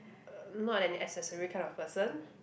uh not an accessory kind of person